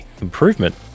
improvement